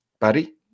buddy